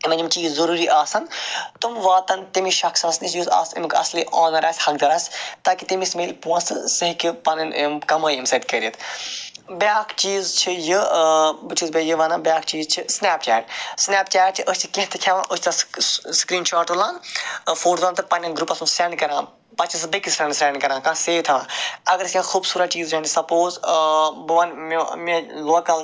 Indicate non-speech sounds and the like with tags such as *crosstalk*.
یمن یم چیٖز ضوٚروٗری آسَن تم واتَن تمِس شَخصَس نِشاتھ اصلی ایٚمیُکۍ آنَر آسہِ *unintelligible* تاکہِ تمِس مِلہِ پونٛسہٕ سُہ ہیٚکہِ پَنن یِم کَمٲے امہ سۭتۍ کٔرِتھ بیاکھ چیٖز چھ یہِ بہٕ چھُس بیٚیہِ یہِ ونان بیکاھ چیٖز چھُ سنیپ چیٹ سنیپ چیٹ چھ أسۍ چھِ کینٛہہ تہِ کھیٚوان أسۍ چھِ تتھ سکریٖن شارٹ تُلان فوٹو تُلان تہٕ پَننِس گرُپَس مَنٛز سیٚنڈ کران پَتہٕ چھ سُہ بیٚکِس فرنڈ سیٚنڈ کران کانٛہہ سیو تھاوان اگر أسۍ کینٛہہ خوٗبصورت چیٖز وٕچھان چھِ سَپوز بہٕ وَنہٕ مےٚ لوکَل